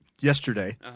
yesterday